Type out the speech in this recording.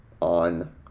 On